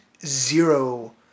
zero